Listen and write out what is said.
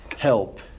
Help